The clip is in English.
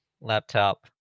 laptop